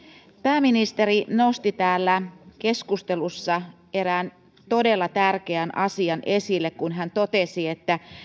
pääministeri nosti täällä keskustelussa erään todella tärkeän asian esille kun hän totesi että